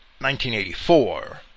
1984